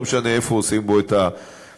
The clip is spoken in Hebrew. לא משנה איפה עושים בו את השימוש,